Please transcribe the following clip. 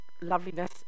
loveliness